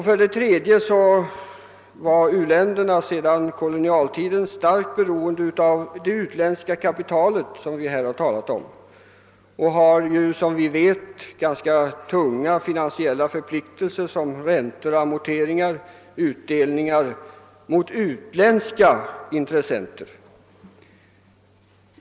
Vidare är u-länderna sedan kolonialtiden starkt beroende av det utländska kapital som vi här har talat om och har, som vi vet, tunga finansiella förpliktelser i form av räntor, amorteringar och utdelningar mot utländska intressenter.